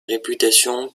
réputation